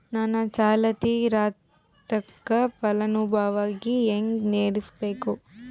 ನನ್ನ ಚಾಲತಿ ಖಾತಾಕ ಫಲಾನುಭವಿಗ ಹೆಂಗ್ ಸೇರಸಬೇಕು?